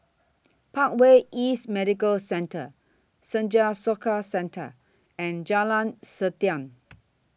Parkway East Medical Centre Senja Soka Centre and Jalan Siantan